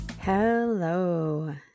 Hello